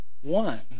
one